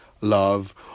love